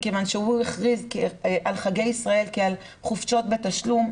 מכיוון שהוא הכריז על חגי ישראל כעל חופשות בתשלום,